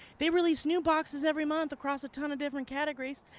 they release new boxes every month across a ton of different categories,